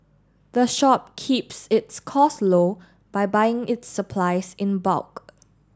the shop keeps its costs low by buying its supplies in bulk